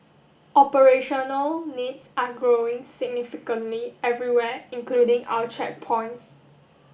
operational needs are growing significantly everywhere including our checkpoints